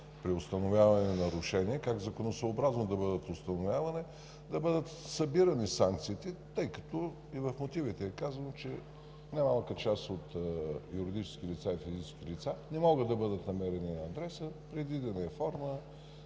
при установяване на нарушение, как законосъобразно да бъдат установявани, да бъдат събирани санкциите, тъй като и в мотивите е казано, че немалка част юридически и физически лица не могат да бъдат намирани на адреса. Предвидена е форма